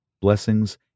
blessings